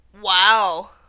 Wow